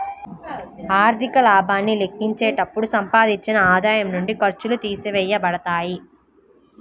ఆర్థిక లాభాన్ని లెక్కించేటప్పుడు సంపాదించిన ఆదాయం నుండి ఖర్చులు తీసివేయబడతాయి